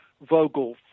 Vogel